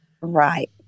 right